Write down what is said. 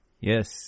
Yes